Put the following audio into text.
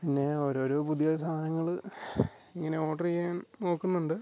പിന്നെ ഓരോ ഓരോ പുതിയ സാധനങ്ങൾ ഇങ്ങനെ ഓഡർ ചെയ്യാൻ നോക്കുന്നുണ്ട്